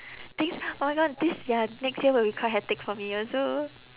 this oh my god this ya next year will be quite hectic for me also